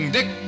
Dick